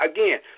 Again